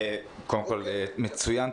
מצוין.